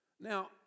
Now